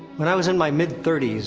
when i was in my mid thirty s,